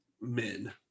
men